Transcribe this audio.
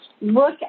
look